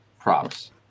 props